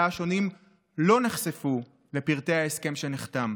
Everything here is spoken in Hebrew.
השונים לא נחשפו לפרטי ההסכם שנחתם.